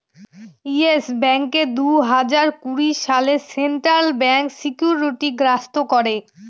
yes ব্যাঙ্ককে দুই হাজার কুড়ি সালে সেন্ট্রাল ব্যাঙ্ক সিকিউরিটি গ্রস্ত করে